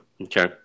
Okay